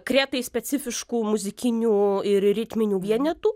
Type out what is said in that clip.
kretai specifiškų muzikinių ir ritminių vienetų